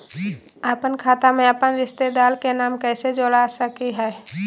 अपन खाता में अपन रिश्तेदार के नाम कैसे जोड़ा सकिए हई?